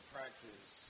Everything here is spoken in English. Practice